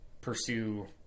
pursue